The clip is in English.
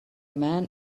man